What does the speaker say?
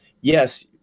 yes